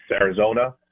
Arizona